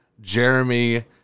Jeremy